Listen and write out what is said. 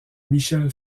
michel